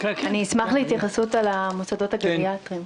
אשמח להתייחסות לעניין המוסדות הגריאטריים.